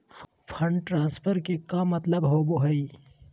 Fund transfer के का मतलब होव हई?